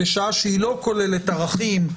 בשעה שהיא לא כוללת ערכים,